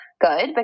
good